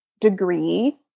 degree